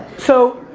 so,